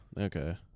Okay